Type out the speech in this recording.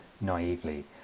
naively